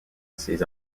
essays